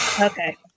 Okay